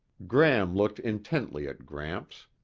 gram looked intently at gramps.